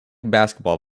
basketball